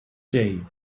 day